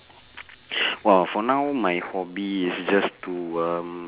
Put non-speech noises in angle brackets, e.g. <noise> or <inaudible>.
<breath> !wow! for now my hobby is just to um